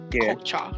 culture